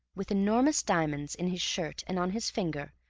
with enormous diamonds in his shirt and on his finger,